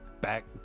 back